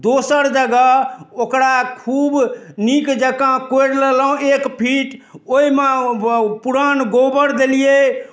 दोसर जगह ओकरा खूब नीक जकाँ कोरि लेलहुँ एक फीट ओइमे बऽ पुरान गोबर देलियै